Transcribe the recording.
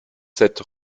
sept